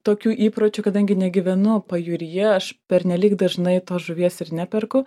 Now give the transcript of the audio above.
tokių įpročių kadangi negyvenu pajūryje aš pernelyg dažnai tos žuvies ir neperku